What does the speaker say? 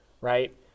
right